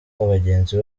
bagenzi